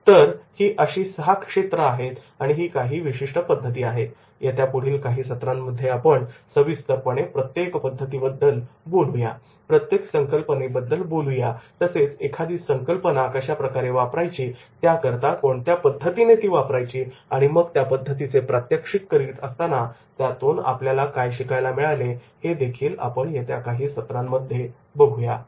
तर ही सहा क्षेत्र आहेत आणि ही काही विशिष्ट पद्धती आहेत येत्या काही पुढील सत्रांमध्ये याबद्दल सविस्तरपणे प्रत्येक पद्धतीबद्दल मी बोलेन प्रत्येक संकल्पनेबद्दल बोलेन तसेच एखादी संकल्पना कशाप्रकारे वापरायची त्याकरता कोणत्या पद्धतीने ती वापरायची आणि मग त्या पद्धतीचे प्रात्यक्षिक करीत असताना त्यातून आपल्याला काय शिकायला मिळाले हे आपण येत्या काही सत्रांमध्ये बघूया